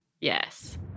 Yes